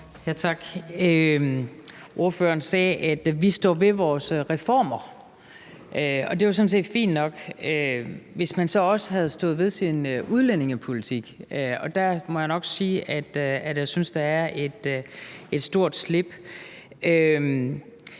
Tak. Ordføreren sagde, at man står ved sine reformer, og det er jo sådan set fint nok, hvis man så også havde stået ved sin udlændingepolitik, og der må jeg nok sige, at jeg synes, der er et stort slip.